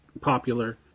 popular